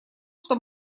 что